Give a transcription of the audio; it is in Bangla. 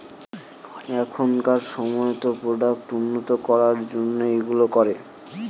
এখনকার সময়তো প্রোডাক্ট উন্নত করার জন্য এইগুলো করে